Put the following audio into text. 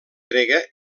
grega